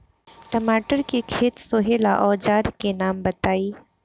टमाटर के खेत सोहेला औजर के नाम बताई?